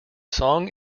song